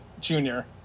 junior